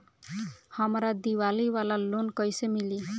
हमरा दीवाली वाला लोन कईसे मिली?